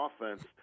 offense